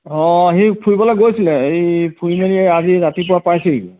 অঁ সি ফুৰিবলৈ গৈছিলে এই ফুৰি মেলি আজি ৰাতিপুৱা পাইছেহি